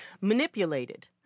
Manipulated